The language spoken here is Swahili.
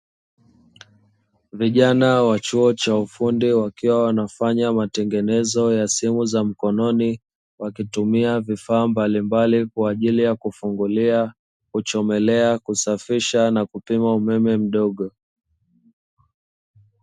Vijana wa chuo cha ufundi wakiwa wanafanya matengenezo ya simu za mkononi wakitumia vifaa mbali mbali kwa ajili ya: kufungulia, kuchomelea, kusafisha na kupima umeme mdogo.